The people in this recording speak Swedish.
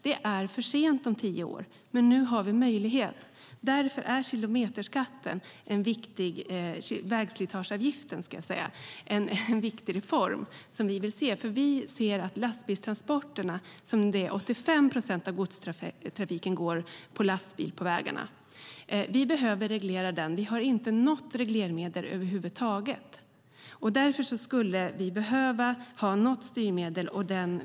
Det är för sent om tio år, men nu har vi möjlighet. Därför är kilometerskatten - vägslitageavgiften, ska jag säga - en viktig reform som vi vill se. 85 procent av godstrafiken går på lastbil på vägarna. Vi behöver reglera den. Nu har vi inget reglermedel över huvud taget, men vi skulle behöva ha något styrmedel.